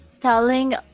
telling